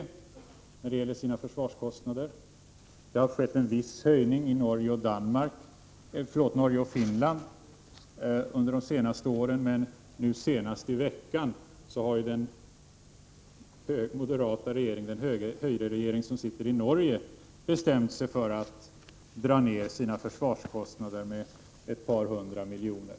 Det har skett en viss höjning i Norge och Finland under de senaste åren, men nu i veckan har den moderata regering, den höyreregering som sitter i Norge bestämt sig för att dra ner försvarskostnaderna med ett par hundra miljoner.